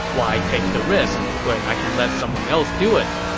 why take the risk when i can let someone else do it.